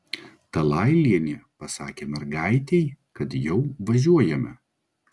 talailienė pasakė mergaitei kad jau važiuojame